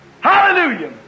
Hallelujah